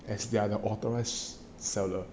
as they are the authorised seller